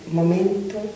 momento